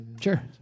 sure